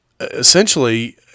essentially